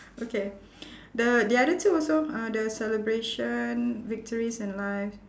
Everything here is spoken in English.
okay the the other two also uh the celebration victories in life